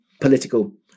political